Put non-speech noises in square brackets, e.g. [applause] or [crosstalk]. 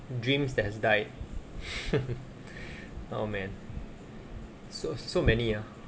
dreams that has died [laughs] [breath] oh man so so many ah